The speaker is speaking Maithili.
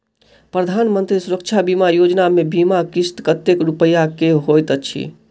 प्रधानमंत्री सुरक्षा बीमा योजना मे बीमा किस्त कतेक रूपया केँ होइत अछि?